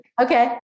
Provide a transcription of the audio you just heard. Okay